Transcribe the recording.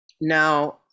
now